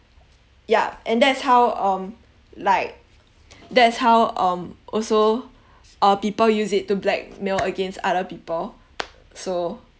yeah and that's how um like that's how um also uh people use it to blackmail against other people so